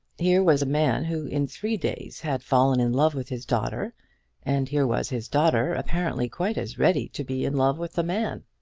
here was a man who in three days had fallen in love with his daughter and here was his daughter apparently quite as ready to be in love with the man.